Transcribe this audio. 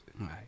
Right